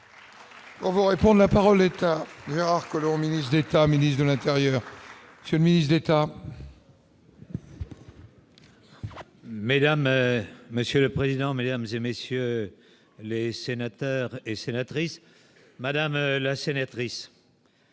On vous répond : la parole est à Gérard Collomb, ministre d'État, ministre de l'Intérieur s'est mise d'État. Mesdames, monsieur le président, Mesdames et messieurs les sénateurs et sénatrices madame la sénatrice.